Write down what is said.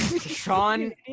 Sean